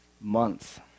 Months